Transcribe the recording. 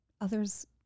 others